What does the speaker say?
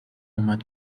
اومد